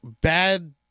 bad